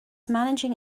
managing